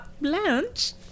Blanche